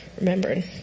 Remembering